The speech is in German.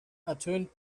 ertönt